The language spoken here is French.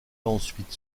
ensuite